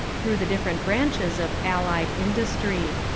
through the different branches of allied industry.